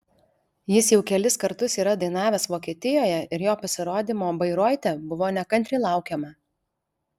jis jau kelis kartus yra dainavęs vokietijoje ir jo pasirodymo bairoite buvo nekantriai laukiama